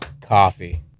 Coffee